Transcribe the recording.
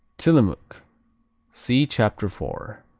tillamook see chapter four.